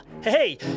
Hey